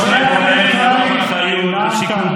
יום טוב, יום טוב, חבר הכנסת בן גביר, הרגע סיימת